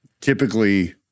typically